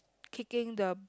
kicking the